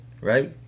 right